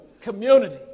community